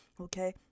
okay